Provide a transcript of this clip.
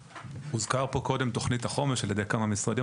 הוזכרה פה קודם תכנית החומש ע"י כמה משרדים,